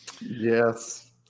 Yes